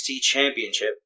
Championship